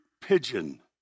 pigeon